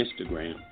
Instagram